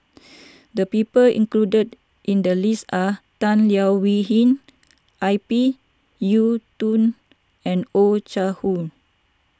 the people included in the list are Tan Leo Wee Hin I p Yiu Tung and Oh Chai Hoo